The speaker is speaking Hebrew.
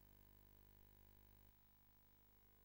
את